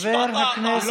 "בטאטא?